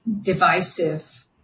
divisive